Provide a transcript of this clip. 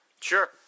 Sure